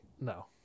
No